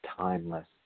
timeless